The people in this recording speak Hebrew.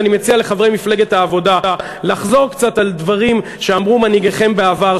אני מציע לחברי מפלגת העבודה לחזור קצת על דברים שאמרו מנהיגיכם בעבר,